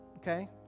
Okay